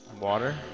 Water